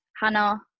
Hannah